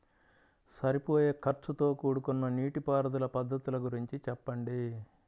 సరిపోయే ఖర్చుతో కూడుకున్న నీటిపారుదల పద్ధతుల గురించి చెప్పండి?